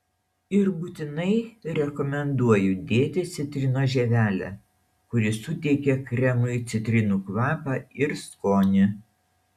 ir būtinai rekomenduoju dėti citrinos žievelę kuri suteikia kremui citrinų kvapą ir skonį